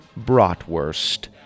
Bratwurst